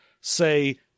say